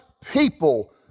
people